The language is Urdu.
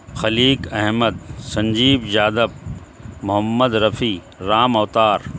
خلیق احمد سنجیو یادو محمد رفیع رام اوتار